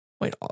Wait